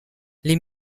les